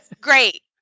great